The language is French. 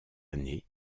année